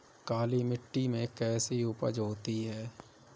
काली मिट्टी में कैसी उपज होती है?